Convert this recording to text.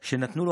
/ שנתנו לו